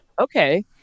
Okay